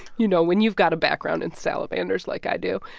you know, when you've got a background in salamanders like i do.